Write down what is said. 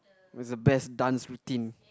was a best dance routine